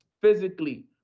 physically